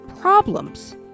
problems